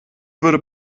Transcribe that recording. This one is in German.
würde